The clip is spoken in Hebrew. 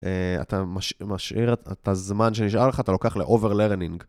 אתה משאיר את הזמן שנשאר לך, אתה לוקח ל-overlearning.